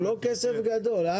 כסף גדול.